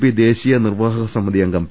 P ദേശീയ നിർവാഹക സമിതി അംഗം പി